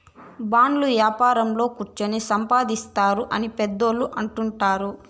బాండ్ల యాపారంలో కుచ్చోని సంపాదిత్తారు అని పెద్దోళ్ళు అంటుంటారు